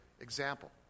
example